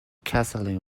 catherine